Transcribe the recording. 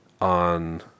on